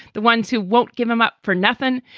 the ones who won't give him up for nothing.